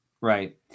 Right